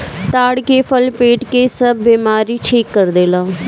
ताड़ के फल पेट के सब बेमारी ठीक कर देला